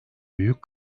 büyük